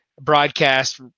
broadcast